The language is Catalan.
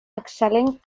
excel·lent